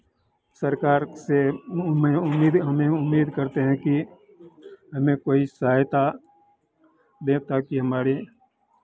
सरकार से में उम्मीदें हमें उम्मीद करते हैं की हमें कोई सहायता दे ताकि हमारी